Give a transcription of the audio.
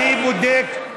אני בודק.